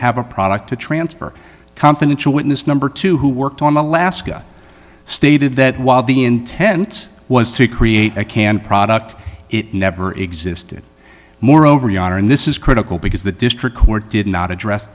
have a product to trance for confidential witness number two who worked on alaska stated that while the intent was to create a canned product it never existed more over yonder and this is critical because the district court did not address